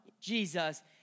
Jesus